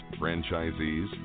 franchisees